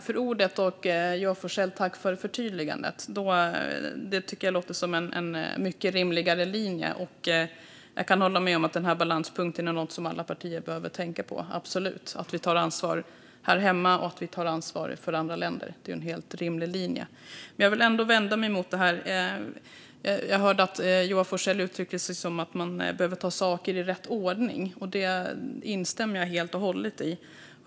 Fru talman! Tack för förtydligandet, Joar Forssell! Det tycker jag låter som en mycket rimligare linje. Jag kan hålla med om att denna balanspunkt absolut är något som alla partier behöver tänka på - att vi tar ansvar här hemma och att vi tar ansvar för andra länder. Det är en helt rimlig linje. Jag vill ändå vända mig mot något. Jag hörde att Joar Forssell uttryckte att man behöver ta saker i rätt ordning. Det instämmer jag helt och hållet i.